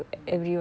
mm